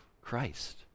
Christ